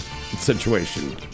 situation